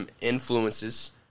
influences